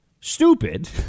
stupid